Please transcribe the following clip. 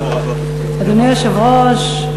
אדוני היושב-ראש,